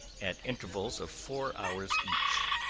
at intervals of four hours each,